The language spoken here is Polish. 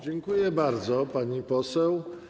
Dziękuję bardzo, pani poseł.